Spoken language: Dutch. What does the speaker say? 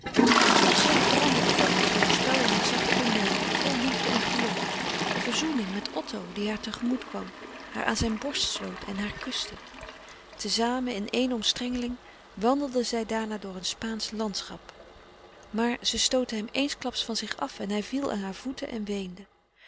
en plotseling veranderde dat treurspel in een zacht tooneel vol liefde en geluk eene verzoening met otto die haàr tegemoet kwam haar aan zijn borst sloot en haar kuste te zamen in ééne omstrengeling wandelden zij daarna door een spaansch landschap maar zij stootte hem eensklaps van zich af en hij viel aan hare voeten en weende